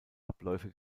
abläufe